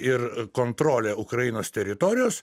ir kontrolė ukrainos teritorijos